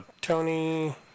Tony